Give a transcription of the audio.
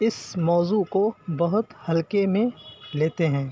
اس موضوع کو بہت ہلکے میں لیتے ہیں